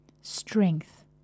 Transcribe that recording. strength